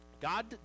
God